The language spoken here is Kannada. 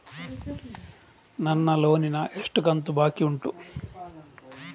ನನ್ನ ಲೋನಿನ ಎಷ್ಟು ಕಂತು ಬಾಕಿ ಉಂಟು?